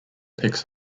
picks